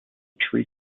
tree